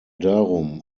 darum